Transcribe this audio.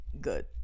good